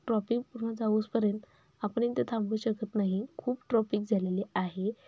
tropic पूर्ण जाऊसपर्यंत आपण इथे थांबू शकत नाही खूप ट्रॉपिक झालेले आहे